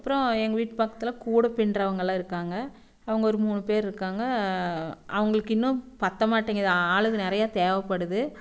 அப்புறம் எங்கள் வீட்டு பக்கத்தில் கூடை பின்னுறவங்கெல்லாம் இருக்காங்க அவங்க ஒரு மூணு பேர் இருக்காங்க அவங்களுக்கு இன்னும் பத்தமாட்டேங்கிதாம் ஆளுங்கள் நிறையா தேவைப்படுது